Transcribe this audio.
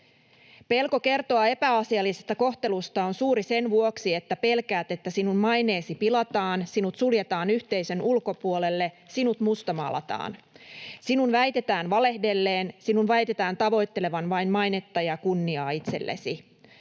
Pelko kertoa epäasiallisesta kohtelusta on suuri sen vuoksi, että pelkäät, että sinun maineesi pilataan, sinut suljetaan yhteisön ulkopuolelle, sinut mustamaalataan. Sinun väitetään valehdelleen, sinun väitetään tavoittelevan vain mainetta ja kunniaa itsellesi.